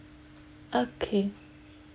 okay